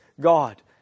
God